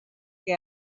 que